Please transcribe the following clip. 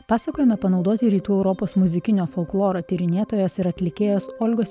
pasakojime panaudoti rytų europos muzikinio folkloro tyrinėtojos ir atlikėjos olgos